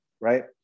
Right